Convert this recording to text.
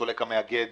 הסולק המאגד